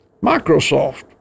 Microsoft